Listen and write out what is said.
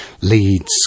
leads